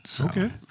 Okay